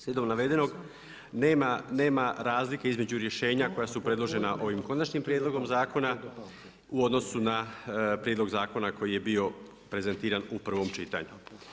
Slijedom navedenog, nema razlike između rješenja koja su predložena ovim konačnim prijedlogom zakona u odnosu na prijedlog zakona koji je bio prezentiran u prvom čitanju.